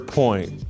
point